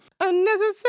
Unnecessary